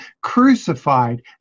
crucified